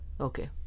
Okay